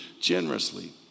generously